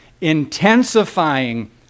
intensifying